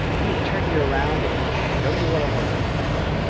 let me turn you around and show you what i'm working on here.